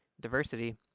diversity